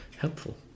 helpful